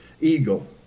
eagle